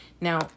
Now